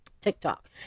TikTok